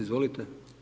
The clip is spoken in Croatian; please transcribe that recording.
Izvolite.